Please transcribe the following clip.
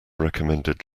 recommended